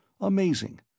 amazing